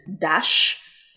dash